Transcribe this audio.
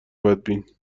بدبین